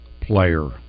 player